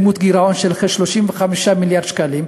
בדמות גירעון של כ-35 מיליארד שקלים,